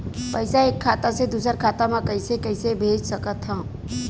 पईसा एक खाता से दुसर खाता मा कइसे कैसे भेज सकथव?